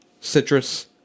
citrus